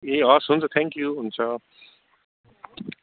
ए हवस् हुन्छ थ्याङ्क्यु हुन्छ